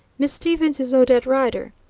miss stevens is odette rider.